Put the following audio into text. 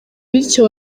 bityo